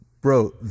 Bro